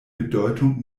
bedeutung